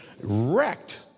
Wrecked